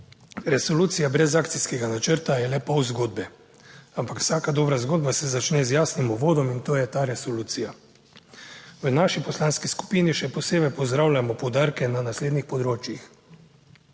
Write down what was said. Resolucija brez akcijskega načrta je le pol zgodbe, ampak vsaka dobra zgodba se začne z jasnim uvodom in to je ta resolucija. V naši poslanski skupini še posebej pozdravljamo poudarke na naslednjih področjih.